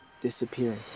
disappearing